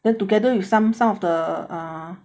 then together with some some of the ah